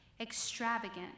extravagant